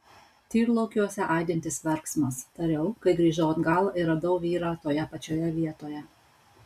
tyrlaukiuose aidintis verksmas tariau kai grįžau atgal ir radau vyrą toje pačioje vietoje